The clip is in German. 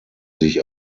sich